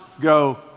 go